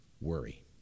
worry